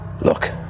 Look